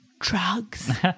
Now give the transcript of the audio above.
drugs